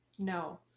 No